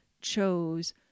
chose